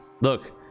look